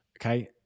Okay